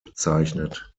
bezeichnet